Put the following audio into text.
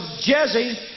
jesse